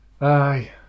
Aye